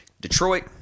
Detroit